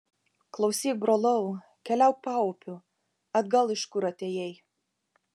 klausyk brolau keliauk paupiu atgal iš kur atėjai